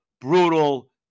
brutal